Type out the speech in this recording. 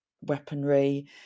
weaponry